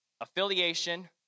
affiliation